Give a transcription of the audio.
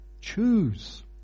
Choose